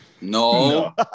No